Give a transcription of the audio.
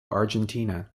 argentina